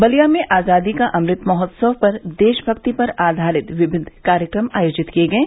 बलिया में आज़ादी का अमृत महोत्सव पर देशभक्ति पर आधारित विविध कार्यक्रम आयोजित किये गये